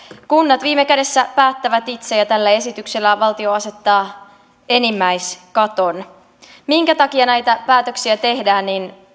kunnat viime kädessä päättävät itse ja tällä esityksellään valtio asettaa enimmäiskaton minkä takia näitä päätöksiä tehdään